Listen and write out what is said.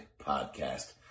podcast